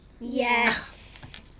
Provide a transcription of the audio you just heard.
Yes